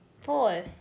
Four